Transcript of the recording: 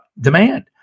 demand